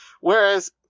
Whereas